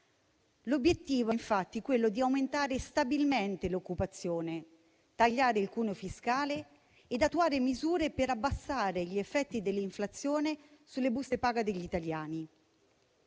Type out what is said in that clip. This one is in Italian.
L'obiettivo è, infatti, quello di aumentare stabilmente l'occupazione, tagliare il cuneo fiscale e attuare misure per abbassare gli effetti dell'inflazione sulle buste paga degli italiani.